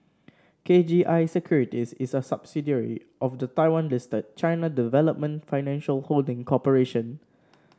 K G I Securities is a subsidiary of the Taiwan listed China Development Financial Holding Corporation